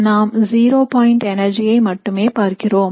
நாம் zero point எனர்ஜியை மட்டுமே பார்க்கிறோம்